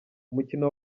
umukino